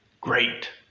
great